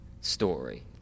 story